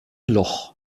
loch